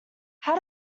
how